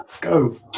Go